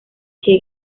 che